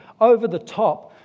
over-the-top